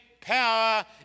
power